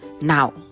Now